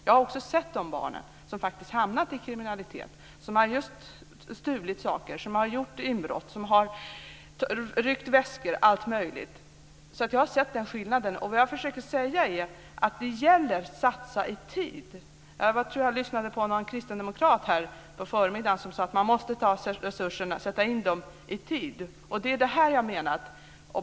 Jag har också sett de barn som faktiskt hamnat i kriminalitet, som just har stulit saker, som har gjort inbrott, som har ryckt väskor och allt möjligt. Jag har sett den skillnaden. Vad jag försöker säga är att det gäller att satsa i tid. Jag lyssnade på en kristdemokrat, tror jag att det var, under förmiddagen som sade att man måste sätta in resurserna i tid. Det är det jag menar.